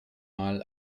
mal